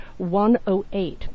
108